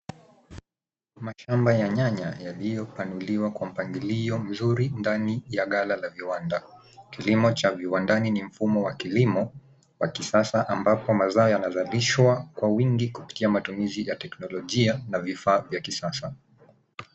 Mashamba ya nyanya, yaliyopanuliwa kwa mpangilio mzuri ndani ya ghala la viwanda. Kilimo cha viwandani ni mfumo wa kilimo, wa kisasa ambapo mazao yanazalishwa kwa wingi kupitia matumizi ya teknolojia na vifaa vya kisasa.